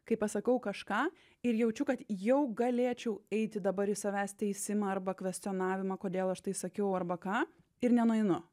kai pasakau kažką ir jaučiu kad jau galėčiau eiti dabar į savęs teisimą arba kvestionavimą kodėl aš tai sakiau arba ką ir nenueinu